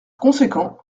conséquent